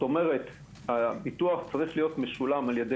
כלומר הביטוח צריך להיות משולם על ידי